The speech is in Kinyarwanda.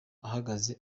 ahagaze